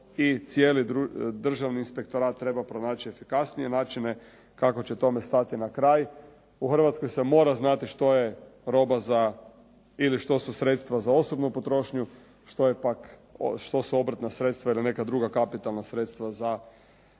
cijeli državni inspektorat treba pronaći efikasnije načine kako će tome stati na kraj. U Hrvatskoj se mora znati što je roba za ili što su sredstva za osobnu potrošnju, što su obrtna sredstva ili neka druga kapitalna sredstva za